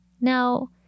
Now